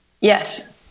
Yes